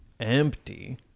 empty